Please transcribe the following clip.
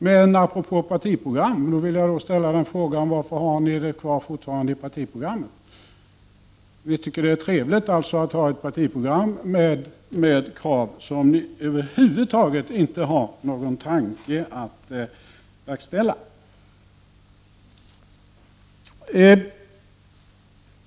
Men 117 apropå partiprogram vill jag fråga varför ni har republikkravet kvar i partiprogrammet. Ni tycker alltså att det är trevligt med partiprogram som innehåller krav som ni över huvud taget inte har någon tanke på att verkställa.